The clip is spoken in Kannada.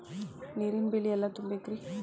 ನೇರಿನ ಬಿಲ್ ಎಲ್ಲ ತುಂಬೇಕ್ರಿ?